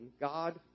God